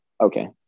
Okay